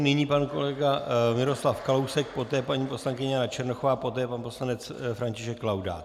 Nyní pan kolega Miroslav Kalousek, poté paní poslankyně Jana Černochová, poté pan poslanec František Laudát.